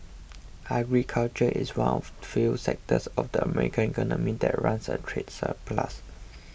agriculture is one of the few sectors of the American economy that runs a trade surplus